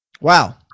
Wow